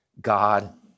God